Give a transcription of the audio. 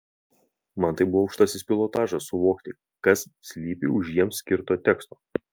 man tai buvo aukštasis pilotažas suvokti kas slypi už jiems skirto teksto